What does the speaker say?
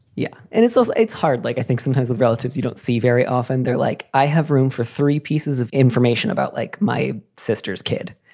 yeah. and it's just it's hard. like i think sometimes the relatives you don't see very often they're like, i have room for three pieces of information about like my sister's kid.